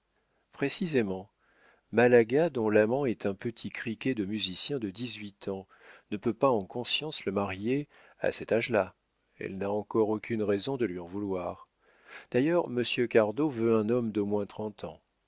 précisément malaga dont l'amant est un petit criquet de musicien de dix-huit ans ne peut pas en conscience le marier à cet âge-là elle n'a encore aucune raison de lui en vouloir d'ailleurs monsieur cardot veut un homme d'au moins trente ans